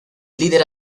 líder